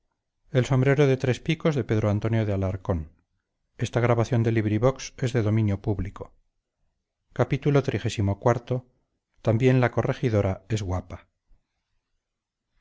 el sombrero de tres picos y hablando con